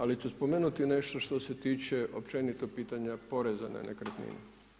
Ali ću spomenuti nešto što se tiče općenito pitanja Poreza na nekretnine.